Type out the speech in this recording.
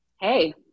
hey